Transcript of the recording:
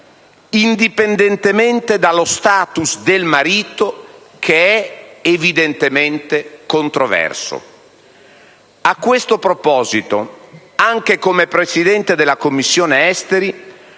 indipendentemente dallo *status* del marito, che è evidentemente controverso. A questo proposito, anche come Presidente della Commissione affari